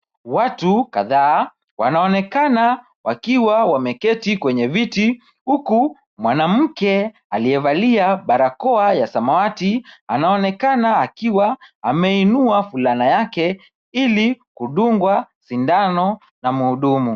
Watu kadhaa wanaonekana wakiwa wameketi kwenye viti, huku mwanamke aliyevalia barakoa ya samawati anaonekana akiwa ameinua fulana yake, ili kudungwa sindano na muhudumu.